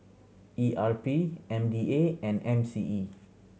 E R P M D A and M C E